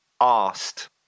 asked